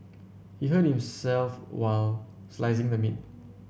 he hurt himself while slicing the meat